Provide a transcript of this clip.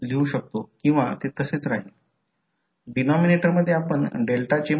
तर v2 M d i1 dt असेल हे असे आहे की जरी करंट डॉटमध्ये प्रवेश करत आहे परंतु येथे v2 साठी रेफरन्स पोलारिटीमध्ये आहे